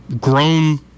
grown